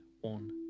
one